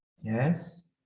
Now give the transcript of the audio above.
yes